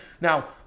now